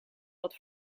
wat